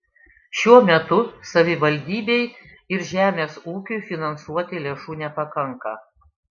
šiuo metu savivaldybei ir žemės ūkiui finansuoti lėšų nepakanka